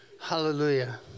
Hallelujah